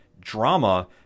drama